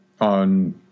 on